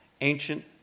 ancient